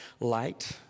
light